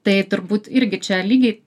tai turbūt irgi čia lygiai